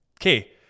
Okay